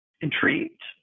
intrigued